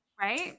Right